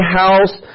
house